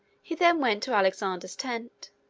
he then went to alexander's tent.